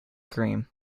cream